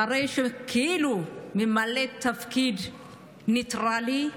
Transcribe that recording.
אחרי שכאילו ממלא תפקיד ניטרלי,